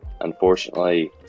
unfortunately